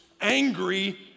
angry